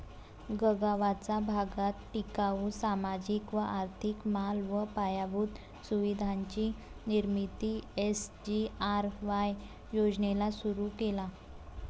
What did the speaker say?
गगावाचा भागात टिकाऊ, सामाजिक व आर्थिक माल व पायाभूत सुविधांची निर्मिती एस.जी.आर.वाय योजनेला सुरु केला